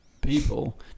people